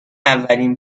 اولین